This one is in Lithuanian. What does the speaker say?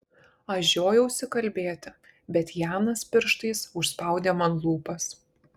aš žiojausi kalbėti bet janas pirštais užspaudė man lūpas